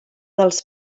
dels